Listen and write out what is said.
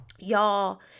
Y'all